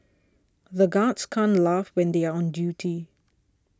the guards can't laugh when they are on duty